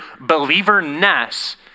believer-ness